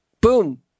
boom